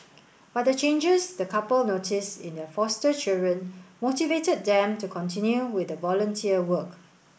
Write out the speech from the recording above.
but the changes the couple noticed in their foster children motivated them to continue with the volunteer work